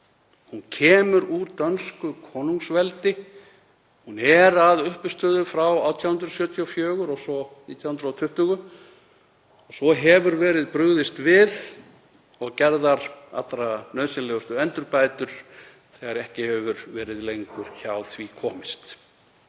Hún kemur úr dönsku konungsveldi, hún er að uppistöðu frá 1874 og svo 1920. Svo hefur verið brugðist við og gerðar allra nauðsynlegustu endurbætur þegar ekki hefur verið lengur hjá því komist.